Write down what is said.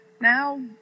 now